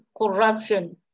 corruption